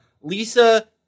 Lisa